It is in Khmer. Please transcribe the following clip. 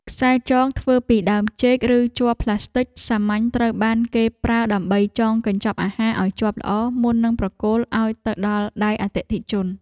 ខ្សែចងធ្វើពីដើមចេក ឬជ័រផ្លាស្ទិចសាមញ្ញត្រូវបានគេប្រើដើម្បីចងកញ្ចប់អាហារឱ្យជាប់ល្អមុននឹងប្រគល់ឱ្យទៅដល់ដៃអតិថិជន។